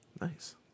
Nice